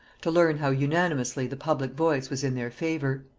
to learn how unanimously the public voice was in their favor.